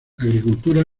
agricultura